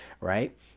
Right